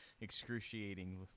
excruciating